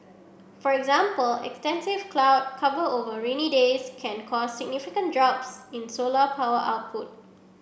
for example extensive cloud cover over rainy days can cause significant drops in solar power output